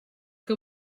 que